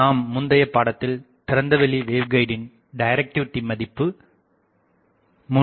நாம் முந்தையபாடத்தில் திறந்த வெளி வேவ்கைடின் டைரக்டிவிடி மதிப்பு 3